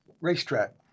racetrack